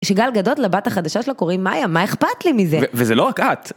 שגל גדות, לבת החדשה שלה קוראים מאיה, מה אכפת לי מזה? וזה לא רק את.